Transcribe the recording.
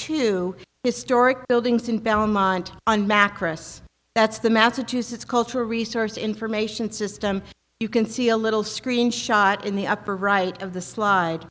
two historic buildings in belmont on makris that's the massachusetts cultural resource information system you can see a little screen shot in the upper right of the slide